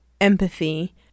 empathy